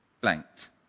blanked